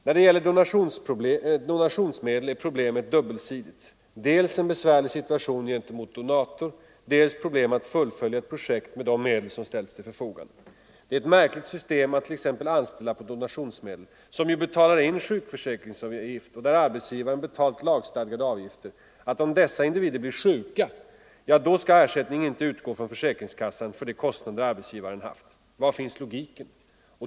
När det gäller donationsmedel är problemet dubbelsidigt — dels föreligger en besvärlig situation gentemot donatorn, dels är det problem att fullfölja ett projekt med de medel som ställts till förfogande. Det är ett märkligt system för t.ex. anställda på donationsmedel, vilka ju betalar in sjukförsäkringsavgift ooch där arbetsgivaren betalat lagstadgade avgifter, att om dessa individer blir sjuka, skall ersättning inte utgå från försäkringskassan för de kostnader som arbetsgivaren haft! Var finns logiken?